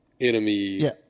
enemy